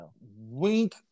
Wink